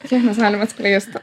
kiek mes galim atskleist